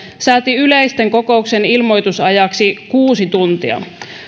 sääti yleisten kokousten ilmoitusajaksi kuusi tuntia